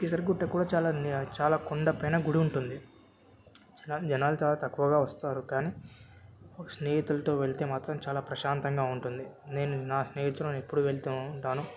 కిజర్ గుట్ట కూడా చాలా నె చాలా కొండపైన గుడి ఉంటుంది చా జనాలు చాలా తక్కువగా వస్తారు కానీ స్నేహితులతో వెళితే మాత్రం చాలా ప్రశాంతంగా ఉంటుంది నేను నా స్నేహితులను ఎప్పుడూ వెళుతూ ఉంటాను